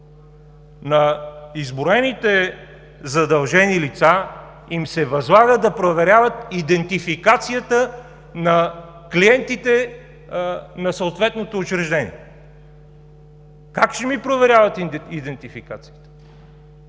На изброените задължени лица им се възлага да проверяват идентификацията на клиентите на съответното учреждение. Как ще ми проверявате идентификацията?